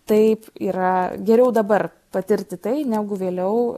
taip yra geriau dabar patirti tai negu vėliau